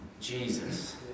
Jesus